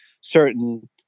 certain